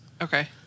Okay